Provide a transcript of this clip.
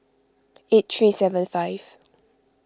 eight three seven five